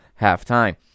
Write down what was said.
halftime